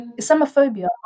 Islamophobia